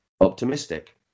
optimistic